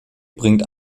bringt